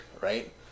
right